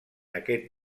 aquest